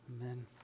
Amen